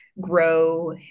grow